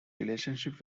relationship